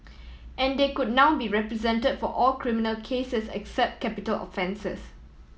and they could now be represent for all criminal cases except capital offences